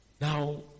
Now